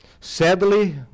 Sadly